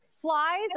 Flies